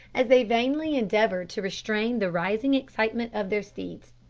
as they vainly endeavoured to restrain the rising excitement of their steeds.